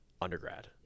undergrad